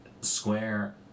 Square